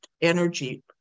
energy